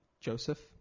joseph